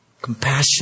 Compassion